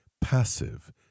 passive